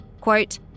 Quote